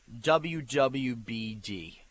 WWBD